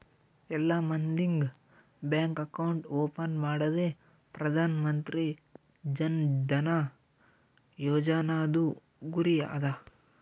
ಎಲ್ಲಾ ಮಂದಿಗ್ bank account open ಮಾಡದೆ ಪ್ರಧಾನ್ ಮಂತ್ರಿ ಜನ್ ಧನ ಯೋಜನಾದು ಗುರಿ ಅದ